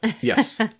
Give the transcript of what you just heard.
Yes